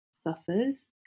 suffers